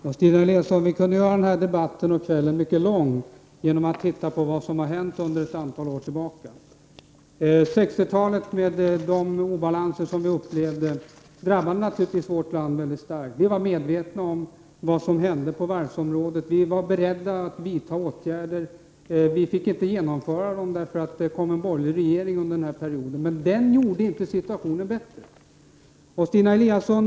Herr talman! Vi kunde göra den här debattkvällen mycket lång, Stina Eliassson, genom att titta på vad som har hänt under ett antal år tillbaka. De obalanser som vi upplevde under 60-talet drabbade naturligtvis vårt land starkt. Vi var medvetna om vad som hände på varvsområdet. Vi var beredda att vidta åtgärder; vi fick inte genomföra dem, därför att det kom en borgerlig regering — men den gjorde inte situationen bättre!